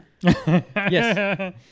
Yes